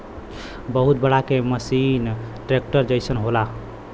बहुत बड़ा के मसीन ट्रेक्टर जइसन होला